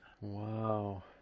Wow